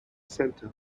center